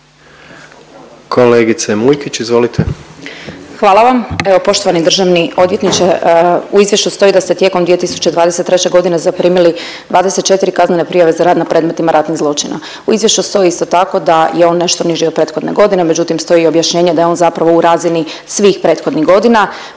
izvolite. **Mujkić, Ivana (DP)** Hvala vam. Evo poštovani državni odvjetniče u izvješću stoji da ste tijekom 2023.g. zaprimili 24 kaznene prijave za rad na predmetima ratnih zločina. U izvješću stoji isto tako da je on nešto niži od prethodne godine, međutim stoji objašnjenje da je on zapravo u razini svih prethodnih godina.